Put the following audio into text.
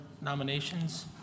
nominations